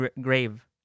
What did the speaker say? grave